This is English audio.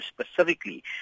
specifically